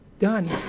done